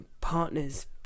partner's